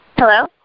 Hello